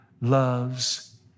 loves